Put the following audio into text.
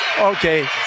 Okay